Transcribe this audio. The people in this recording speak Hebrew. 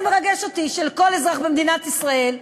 זה מרגש אותי שלכל אזרח במדינת ישראל,